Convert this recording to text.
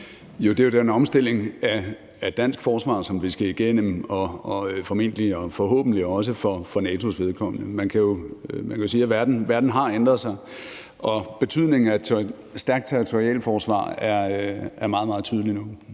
Det er jo den omstilling af det danske forsvar, som vi skal igennem, og det er det forhåbentlig også for NATO's vedkommende. Man kan jo sige, at verden har ændret sig, og betydningen af et stærkt territorialforsvar er meget, meget tydelig nu.